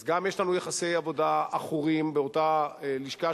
אז גם יש לנו יחסי עבודה עכורים באותה לשכה,